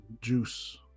juice